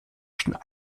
stehen